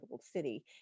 city